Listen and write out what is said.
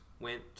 went